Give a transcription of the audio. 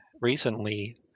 recently